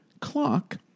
CLOCK